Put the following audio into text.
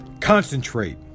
concentrate